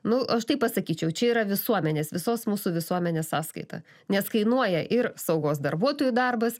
nu aš taip pasakyčiau čia yra visuomenės visos mūsų visuomenės sąskaita nes kainuoja ir saugos darbuotojų darbas